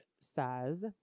size